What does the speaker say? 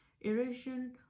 erosion